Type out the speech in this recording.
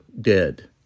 dead